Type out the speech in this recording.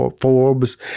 Forbes